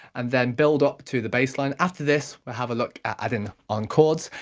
and then build up to the bassline. after this, we'll have a look at adding on chords,